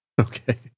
Okay